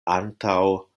antaŭ